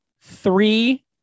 three